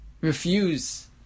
refuse